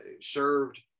served